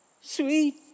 Sweet